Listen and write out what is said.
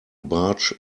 barge